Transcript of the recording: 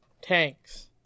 tanks